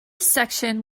section